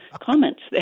comments